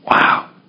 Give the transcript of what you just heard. Wow